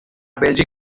بلژیک